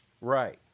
Right